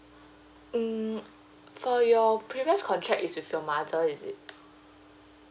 mm for your previous contract is with your mother is it